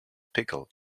pickle